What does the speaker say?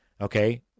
okay